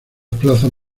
plazas